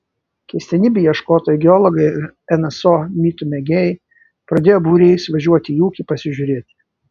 keistenybių ieškotojai geologai ir nso mitų mėgėjai pradėjo būriais važiuoti į ūkį pasižiūrėti